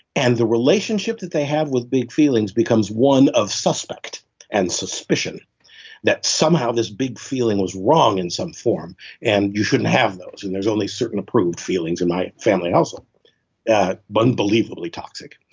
and the relationship that they have with big feelings becomes one of suspect and suspicion that somehow this big feeling was wrong in some form and you shouldn't have those and there's only certain approved feelings in my family also that unbelievably toxic.